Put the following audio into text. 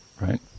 right